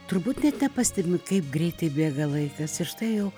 turbūt net nepastebim kaip greitai bėga laikas ir štai jau